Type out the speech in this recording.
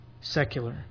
secular